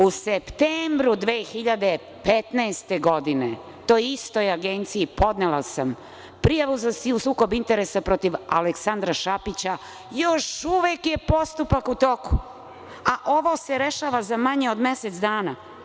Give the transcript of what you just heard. U septembru 2015. godine toj istoj agenciji podnela sam prijavu za sukob interesa protiv Aleksandra Šapića, još uvek je postupak u toku, a ovo se rešava za manje od mesec dana.